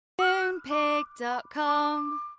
Moonpig.com